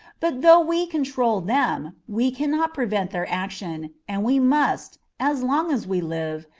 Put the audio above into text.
but though we control them, we cannot prevent their action, and we must, as long as we live,